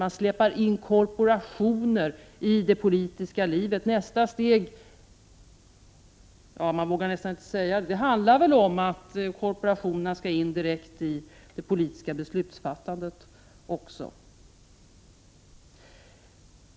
Man släpper in korporationer i det politiska livet. Nästa steg — man vågar nästan inte säga det — handlar väl om att korporationerna skall in direkt i det politiska beslutsfattandet.